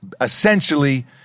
essentially